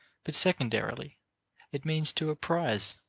but secondarily it means to apprise,